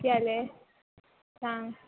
की जालें सांग